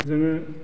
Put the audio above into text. जोङो